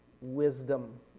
wisdom